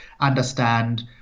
understand